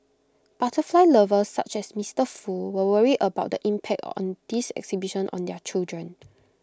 butterfly lovers such as Mister Foo were worried about the impact on this exhibition on their children